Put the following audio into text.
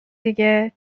دیگه